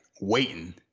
waiting